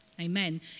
Amen